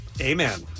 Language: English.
Amen